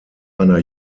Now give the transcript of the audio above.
einer